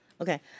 Okay